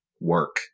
work